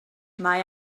mae